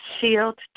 shield